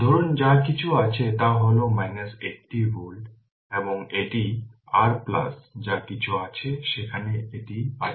ধরুন যা কিছু আছে তা হল 80 ভোল্ট এবং এটি r প্লাস যা কিছু আছে সেখানে এটি আছে